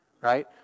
Right